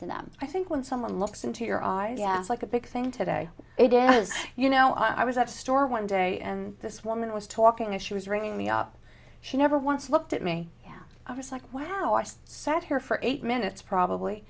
to them i think when someone looks into your eyes gas like a big thing today it is you know i was at store one day and this woman was talking and she was ringing me up she never once looked at me i was like wow i just sat here for eight minutes probably